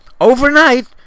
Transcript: overnight